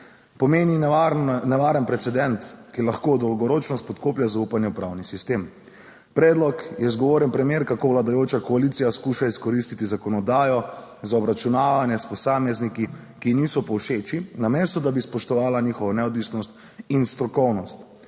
pomeni nevaren precedenc, ki lahko dolgoročno spodkoplje zaupanje v pravni sistem. Predlog je zgovoren primer, kako vladajoča koalicija skuša izkoristiti zakonodajo za obračunavanje s posamezniki, ki jim niso povšeči, namesto da bi spoštovala njihovo neodvisnost in strokovnost.